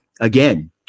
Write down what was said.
again